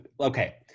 Okay